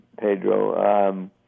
Pedro